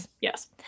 Yes